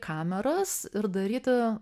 kameras ir daryti